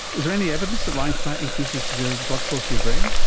is there any evidence that lying flat increases your blood flow to your brain?